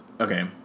Okay